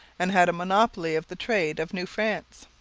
and had a monopoly of the trade of new france.